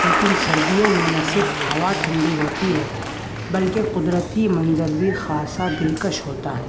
لیکن سردیوں میں نہ صرف ہوا ٹھنڈی ہوتی ہے بلکہ قدرتی منظر بھی خاصہ دلکش ہوتا ہے